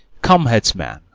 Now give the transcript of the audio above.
come, headsman,